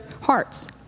hearts